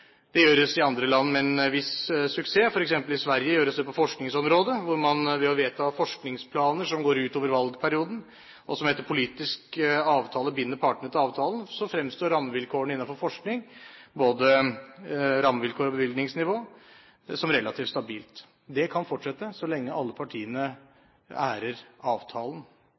Det gjøres i andre land med en viss suksess, i Sverige gjøres det f.eks. på forskningsområdet. Ved å vedta forskningsplaner som går utover valgperioden, og som etter politisk avtale binder partene til avtalen, fremstår rammevilkårene innenfor forskning, både rammevilkår og bevilgningsnivå, som relativt stabile. Det kan fortsette så lenge alle partiene ærer avtalen.